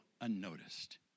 unnoticed